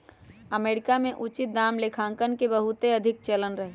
America में उचित दाम लेखांकन के बहुते अधिक चलन रहै